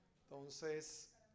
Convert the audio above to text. Entonces